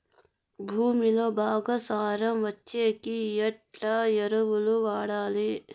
భూమిలో బాగా సారం వచ్చేకి ఎట్లా ఎరువులు వాడాలి?